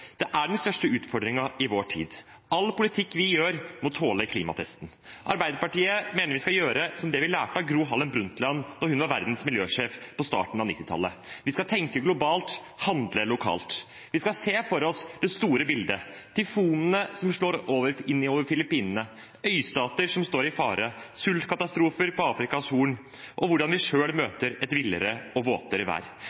Det er den største utfordringen i vår tid. All politikk vi utøver, må tåle klimatesten. Arbeiderpartiet mener at vi skal gjøre det vi lærte av Gro Harlem Brundtland, da hun var verdens miljøsjef på starten av 1990-tallet – vi skal tenke globalt, handle lokalt. Vi skal se for oss det store bildet – tyfonene som slår inn over Filippinene, øystater som står i fare, sultkatastrofer på Afrikas Horn og hvordan vi